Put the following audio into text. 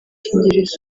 dukingirizo